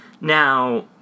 Now